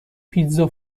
پیتزا